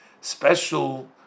special